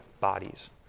bodies